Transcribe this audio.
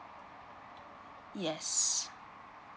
yes